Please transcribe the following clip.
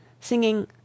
Singing